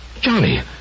Johnny